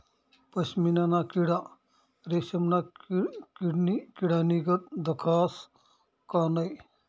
पशमीना ना किडा रेशमना किडानीगत दखास का नै